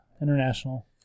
international